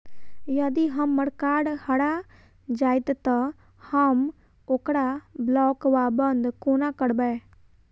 यदि हम्मर कार्ड हरा जाइत तऽ हम ओकरा ब्लॉक वा बंद कोना करेबै?